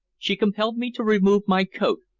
she compelled me to remove my coat,